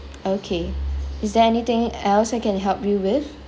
okay is there anything else I can help you with